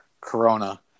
Corona